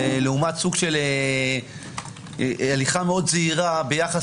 לעומת סוג של הליכה מאוד זהירה ביחס